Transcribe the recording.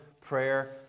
prayer